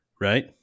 Right